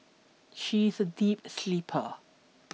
she's a deep sleeper